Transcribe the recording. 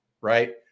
Right